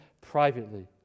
privately